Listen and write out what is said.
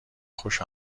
خوش